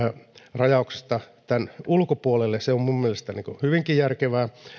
rajauksesta tämän ulkopuolelle se on mielestäni hyvinkin järkevää